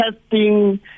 testing